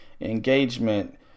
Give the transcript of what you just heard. engagement